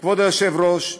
כבוד היושב-ראש,